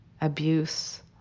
abuse